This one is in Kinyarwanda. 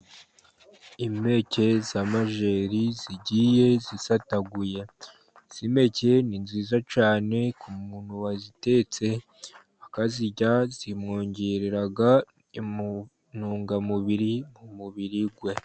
Impeke z'amajeri zigiye zisataguye. Impeke ni nziza cyane ku muntu wazitetse akazirya, zimwongerera intungamubiri mu mubiri we.